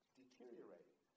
deteriorating